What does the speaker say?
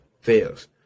fails